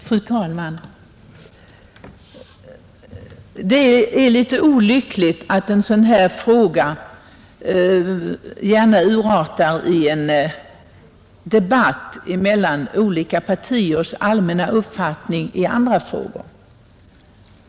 Fru talman! Det är litet olyckligt att en sådan här fråga gärna urartar i en debatt mellan olika partier om deras allmänna uppfattning i andra frågor.